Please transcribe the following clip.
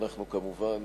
ואנחנו כמובן,